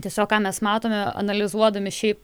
tiesiog ką mes matome analizuodami šiaip